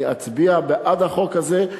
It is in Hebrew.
אצביע בעד החוק הזה,